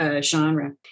genre